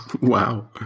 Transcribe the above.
wow